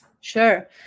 Sure